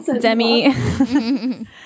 Demi